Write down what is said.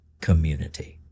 community